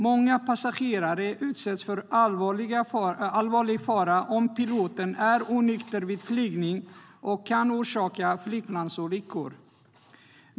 Många passagerare utsätts för allvarlig fara om piloten är onykter vid flygning och kan orsaka flygplansolyckor.